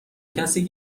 کسی